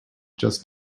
just